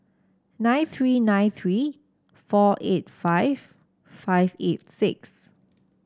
nine three nine three four eight five five eight six